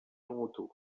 toronto